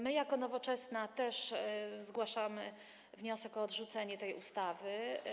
My jako Nowoczesna też zgłaszamy wniosek o odrzucenie tej ustawy.